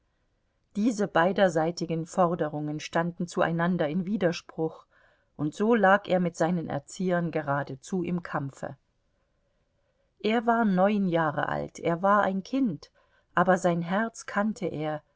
diese beiderseitigen forderungen standen zueinander in widerspruch und so lag er mit seinen erziehern geradezu im kampfe er war neun jahre alt er war ein kind aber sein herz kannte er